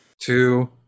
two